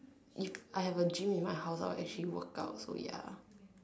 if I have a gym in my house I'll actually workout so ya